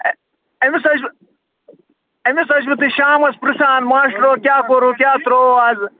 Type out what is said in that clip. أمِس حظ أمِس ٲسِو تُہۍ شامَس پِرٛژھان ماسٹرٛو کیٛاہ پوٚرُو کیٛاہ ترٛووُو آز